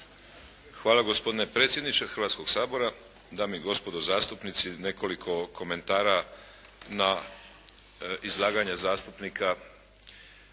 Hvala. Gospodine predsjedniče Hrvatskoga sabora, dame i gospodo zastupnici. Nekoliko komentara na izlaganje zastupnika